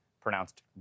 pronounced